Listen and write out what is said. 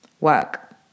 work